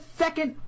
second